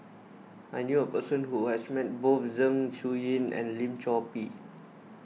I knew a person who has met both Zeng Shouyin and Lim Chor Pee